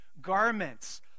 garments